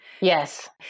Yes